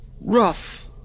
rough